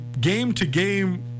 game-to-game